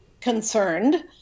concerned